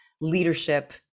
leadership